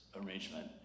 arrangement